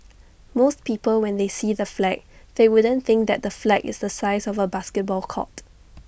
most people when they see the flag they wouldn't think that the flag is the size of A basketball court